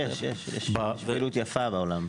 יש פעילות יפה בעולם.